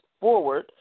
forward